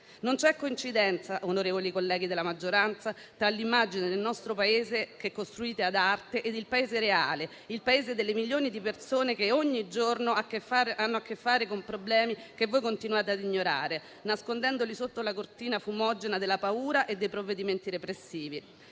Non c'è coincidenza, onorevoli colleghi della maggioranza, tra l'immagine del nostro Paese che costruite ad arte e il Paese reale, quello delle milioni di persone che ogni giorno hanno a che fare con problemi che continuate ad ignorare, nascondendoli sotto la cortina fumogena della paura e dei provvedimenti repressivi.